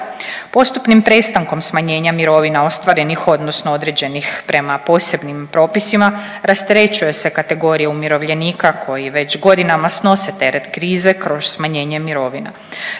Postupnim prestankom smanjenja mirovina, ostvarenih odnosno određenih prema posebnim propisima rasterećuje se kategorija umirovljenika koji već godinama snose teret krize kroz smanjenje mirovina.